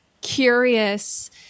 curious